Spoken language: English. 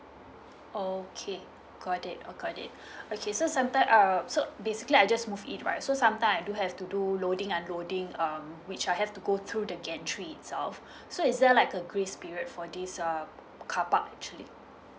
okay got it got it okay so sometimes um so basically I just move in right so sometime I do have to do loading unloading um which I have to go through the gate itself so is there like a grace period for this um car park actually